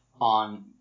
on